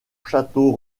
château